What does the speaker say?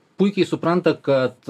puikiai supranta kad